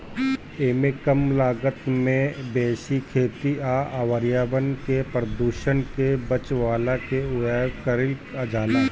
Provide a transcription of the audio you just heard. एमे कम लागत में बेसी खेती आ पर्यावरण के प्रदुषण से बचवला के उपाय कइल जाला